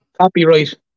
copyright